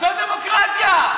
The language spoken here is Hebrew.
זו דמוקרטיה.